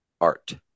art